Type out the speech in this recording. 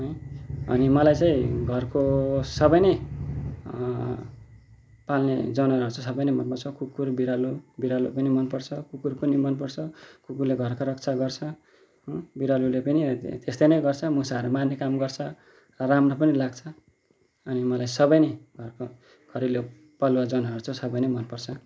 अनि मलाई चाहिँ घरको सबै नै पाल्ने जनावरहरू चाहिँ सबै नै मनपर्छ कुकुर बिरालो बिरालो पनि मनपर्छ कुकुर पनि मनपर्छ कुकुरले घरको रक्षा गर्छ हो बिरालोले पनि त्यस्तै नै गर्छ मुसाहरू मार्ने काम गर्छ र राम्रो पनि लाग्छ अनि मलाई सबै नै घरको घरेलु पालुवा जनावरहरू चाहिँ सबै नै मनपर्छ